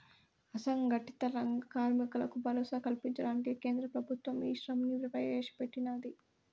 అసంగటిత రంగ కార్మికులకు భరోసా కల్పించడానికి కేంద్ర ప్రభుత్వం ఈశ్రమ్ ని ప్రవేశ పెట్టినాది